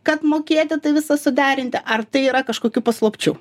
kad mokėti tai visa suderinti ar tai yra kažkokių paslapčių